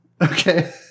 Okay